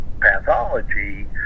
pathology